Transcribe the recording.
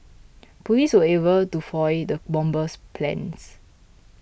police were able to foil the bomber's plans